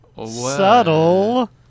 Subtle